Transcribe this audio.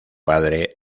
padre